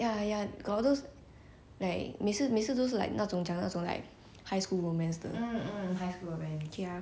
high school romance 的 ya quite cute quite cute I rememeber the first time I watched the 我的少女时代 right I cried in cinema ya